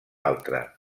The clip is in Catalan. altra